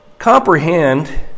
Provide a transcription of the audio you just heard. Comprehend